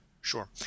Sure